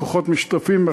בכוחות משותפים,